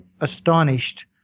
astonished